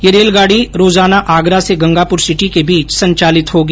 यह रेलगाडी रोजाना आगरा से गंगापुर सिटी के बीच संचालित होगी